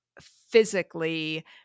physically